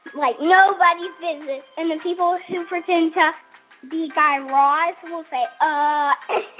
like, nobody's the and the people who pretend to be guy raz will say, ah.